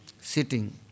sitting